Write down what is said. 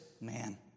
man